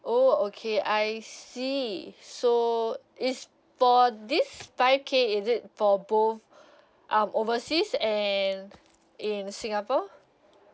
oh okay I see so is for this five K is it for both um overseas and in singapore